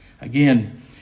Again